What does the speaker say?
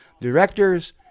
directors